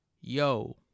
Yo